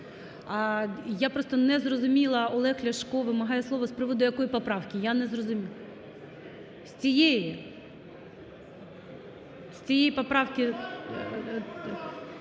Я просто не зрозуміла, Олег Ляшко вимагає слово з приводу якої поправки? Я не зрозуміла. З цієї? З цієї поправки.